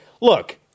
look